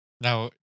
Now